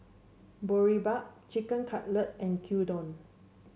Boribap Chicken Cutlet and Gyudon